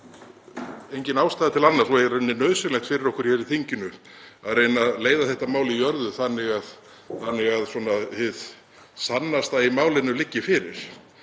engin ástæða til annars og í rauninni nauðsynlegt fyrir okkur hér í þinginu að reyna að leiða þetta mál í jörðu þannig að hið sannasta í málinu liggi fyrir.